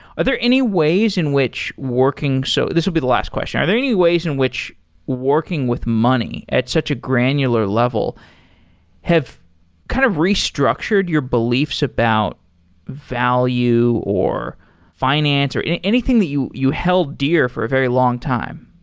are there any ways in which working so this would be the last question. are there any ways in which working with money at such a granular level have kind of restructured your beliefs about value or finance or anything that you you held dear for a very long time?